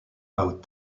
out